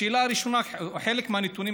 השאלה הראשונה: חלק מהנתונים,